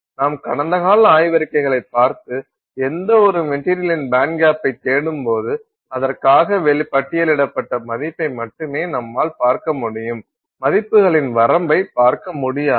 நாம் கடந்தகால ஆய்வறிக்கைகளை பார்த்து எந்தவொரு மெட்டீரியலின் பேண்ட்கேப்பைத் தேடும்போது அதற்காக பட்டியலிடப்பட்ட மதிப்பை மட்டுமே நம்மால் பார்க்க முடியும் மதிப்புகளின் வரம்பை பார்க்க முடியாது